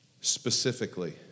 specifically